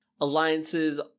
alliances